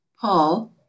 Paul